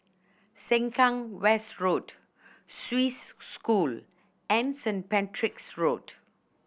Sengkang West Road Swiss School and St Patrick's Road